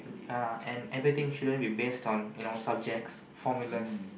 uh and everything shouldn't be based on you know subjects formulas